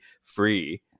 free